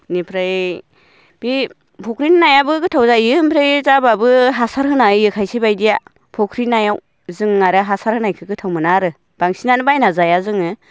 बेनिफ्राय बे फुख्रिनि नायाबो गोथाव जायो ओमफ्राय जाबाबो हासार होना होयो खायसेबायदिया फख्रि नायाव जों आरो हासार होनायखो गोथाव मोना आरो बांसिनानो बायना जाया जोङो